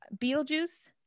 Beetlejuice